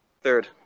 Third